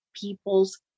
people's